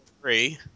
three